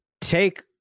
take